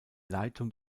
leitung